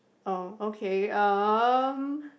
oh okay um